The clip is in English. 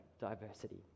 diversity